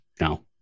No